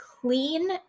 clean